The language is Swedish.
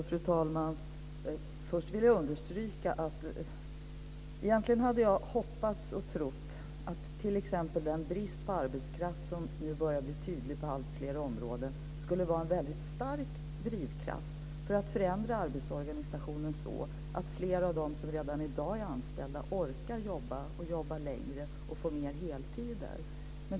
Fru talman! Jag hade egentligen hoppats och trott att den brist på arbetskraft som nu börjar bli tydlig på alltfler områden skulle vara en stark drivkraft för att förändra arbetsorganisationen så att fler av dem som redan i dag är anställda orkar jobba längre och får mer heltider.